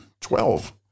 Twelve